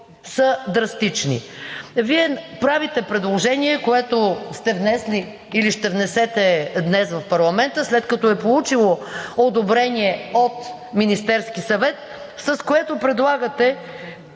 Вие правите предложение, което сте внесли или ще внесете днес в парламента, след като е получило одобрение от Министерския съвет, с което предлагате